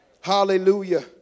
Hallelujah